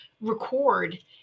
record